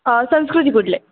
संस्कृती